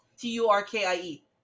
t-u-r-k-i-e